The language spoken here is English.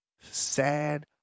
sad